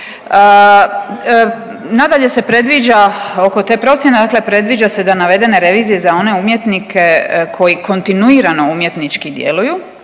Nadalje se predviđa oko te procjene dakle predviđa se da navedene revizije za one umjetnike koji kontinuirano umjetnički djeluju